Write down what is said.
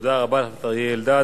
תודה רבה לחבר הכנסת אריה אלדד.